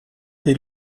des